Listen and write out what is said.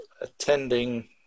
attending